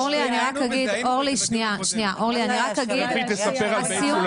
אזרחי מדינת ישראל ואנחנו רוצים לראות אתכם ולהסתכל מה אתם תגידו לנו,